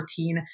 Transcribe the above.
14